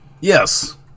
Yes